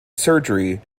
surgery